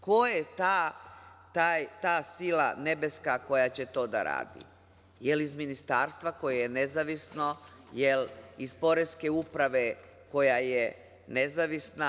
Ko je ta sila nebeska koja će to da radi, jel iz ministarstva koje je nezavisno, jel iz poreske uprave, koja je nezavisna?